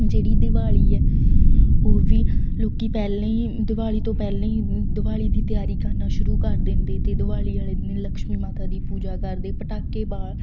ਜਿਹੜੀ ਦਿਵਾਲੀ ਹੈ ਉਹ ਵੀ ਲੋਕੀ ਪਹਿਲਾਂ ਹੀ ਦਿਵਾਲੀ ਤੋਂ ਪਹਿਲਾਂ ਹੀ ਦਿਵਾਲੀ ਦੀ ਤਿਆਰੀ ਕਰਨਾ ਸ਼ੁਰੂ ਕਰ ਦਿੰਦੇ ਅਤੇ ਦਿਵਾਲੀ ਵਾਲੇ ਦਿਨ ਲਕਸ਼ਮੀ ਮਾਤਾ ਦੀ ਪੂਜਾ ਕਰਦੇ ਪਟਾਕੇ ਬਾ